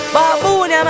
Baboon